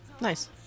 Nice